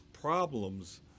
problems